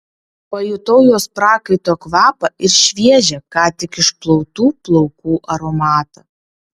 pajutau jos prakaito kvapą ir šviežią ką tik išplautų plaukų aromatą